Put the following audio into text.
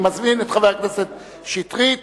אני מזמין את חבר הכנסת שטרית.